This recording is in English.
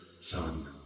son